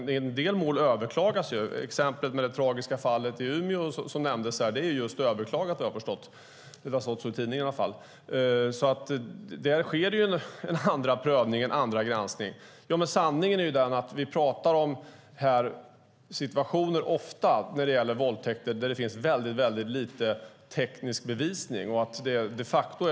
En del mål överklagas ju, exempelvis det tragiska fallet i Umeå som nämndes här. Det är överklagat, har jag förstått efter vad som står i tidningarna. Där sker en andra prövning och en andra granskning. Sanningen är den att vi ofta pratar om våldtäktssituationer där det finns väldigt lite teknisk bevisning.